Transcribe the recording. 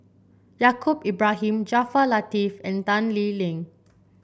Yaacob Ibrahim Jaafar Latiff and Tan Lee Leng